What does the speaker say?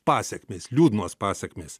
pasekmės liūdnos pasekmės